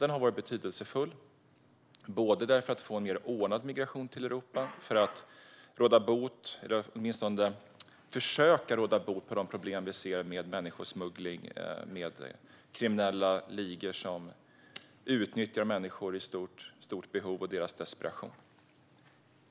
Den har varit betydelsefull både för att få en mer ordnad migration till Europa och för att råda bot - eller åtminstone försöka råda bot - på de problem vi ser med människosmuggling och kriminella ligor som utnyttjar människor i stort behov och deras desperation.